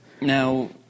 Now